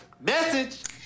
Message